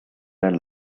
are